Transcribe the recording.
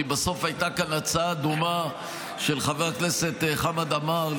כי בסוף הייתה כאן הצעה דומה של חבר הכנסת חמד עמאר,